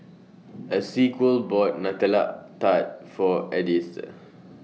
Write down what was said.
Esequiel bought Nutella Tart For Edythe